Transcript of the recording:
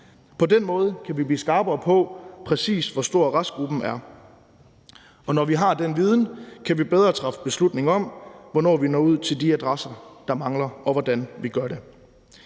På den måde kan vi blive skarpere på, præcis hvor stor restgruppen er. Og når vi har den viden, kan vi bedre træffe beslutning om, hvornår vi når ud til de adresser, der mangler, og hvordan vi gør det.